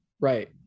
right